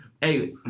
hey